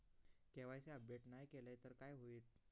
KYC update नाय केलय तर काय होईत?